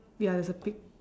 ya there's a pig